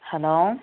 hello